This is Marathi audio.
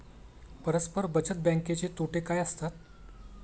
परस्पर बचत बँकेचे तोटे काय असतात?